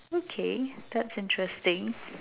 okay that's interesting